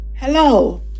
Hello